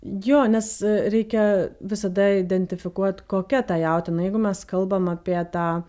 jo nes reikia visada identifikuot kokia ta jautiena jeigu mes kalbam apie tą